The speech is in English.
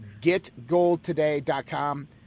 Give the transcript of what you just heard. getgoldtoday.com